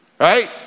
right